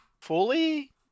fully